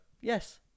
Yes